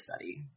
study